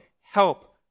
help